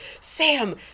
sam